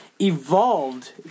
evolved